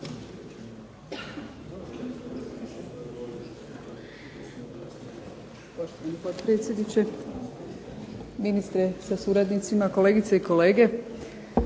Potpredsjedniče, ministre sa suradnicima, kolegice i kolege.